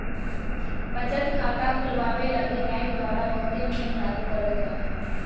बचत खाता खुलवावे लगी बैंक द्वारा बहुते नियम लागू करल जा हय